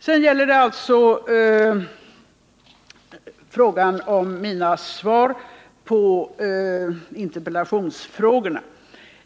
Sedan gäller det alltså mina svar på interpellationsfrågorna.